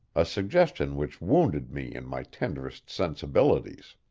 a suggestion which wounded me in my tenderest sensibilities,